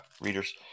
readers